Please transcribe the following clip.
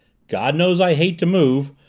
god knows i hate to move,